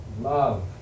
love